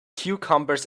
cucumbers